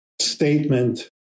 statement